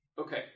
Okay